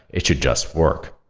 it should just work.